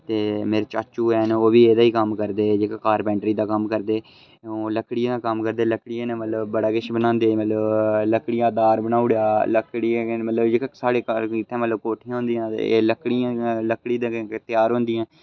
ते मेरे चाचू हैन ओह् बी एहदा ही कम्म करदे जेह्का कारपैंट्री दा कम्म करदे ओह् लक्कड़ियें दा कम्म करदे लकड़ियै कन्नै मतलब बड़ा किश बनांदे मतलब लक्कड़ियें दा घर बनाई ओड़ेआ लकड़ियें कन्नै मतलब साढ़ै घर बी इत्थें मतलब कोठियां होंदियां ते लकड़ियां लकड़ी दे गै त्यार होंदियां